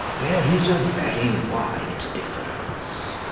there is a very wide difference.